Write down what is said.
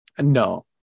No